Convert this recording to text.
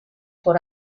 por